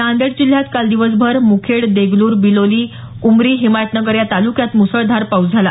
नांदेड जिल्ह्यात काल दिवसभर मुखेड देगलूर बिलोली ऊमरी हिमायतनगर या तालुक्यात मुसळधार पाऊस झाला